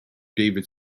david